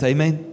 Amen